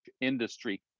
industry